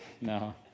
no